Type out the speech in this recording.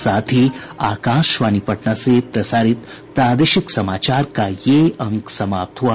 इसके साथ ही आकाशवाणी पटना से प्रसारित प्रादेशिक समाचार का ये अंक समाप्त हुआ